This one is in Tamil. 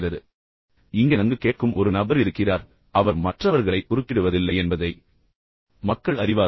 எனவே இங்கே நன்கு கேட்கும் ஒரு நபர் இருக்கிறார் அவர் மற்றவர்களை குறுக்கிடுவதில்லை என்பதை மக்கள் அறிவார்கள்